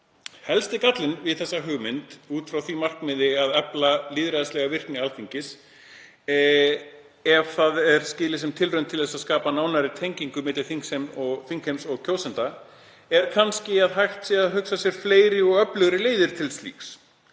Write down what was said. helsti gallinn við þessa hugmynd út frá því markmiði að efla lýðræðislega virkni Alþingis, ef það er skilið sem tilraun til þess að skapa nánari tengingu milli þingheims og kjósenda, sé kannski að hægt sé að hugsa sér fleiri og öflugri leiðir til slíks.